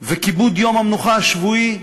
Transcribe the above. וכיבוד יום המנוחה השבועי,